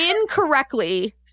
incorrectly